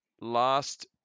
Last